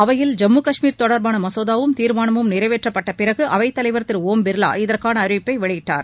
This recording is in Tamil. அவையில் ஜம்மு காஷ்மீர் தொடா்பான மசோதாவும் தீர்மானமும் நிறைவேற்றப்பட்டபிறகு அவைத் தலைவர் திரு ஓம் பிர்லா இதற்கான அறிவிப்பை வெளியிட்டார்